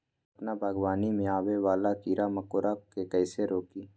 अपना बागवानी में आबे वाला किरा मकोरा के कईसे रोकी?